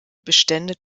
bestände